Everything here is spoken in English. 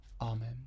Amen